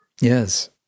Yes